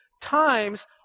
times